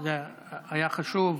זה היה חשוב.